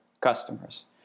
customers